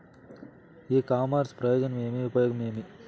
ఇ commerce ప్రయోజనం ఏమి? ఉపయోగం ఏమి?